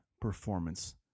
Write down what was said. performance